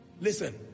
listen